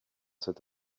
cette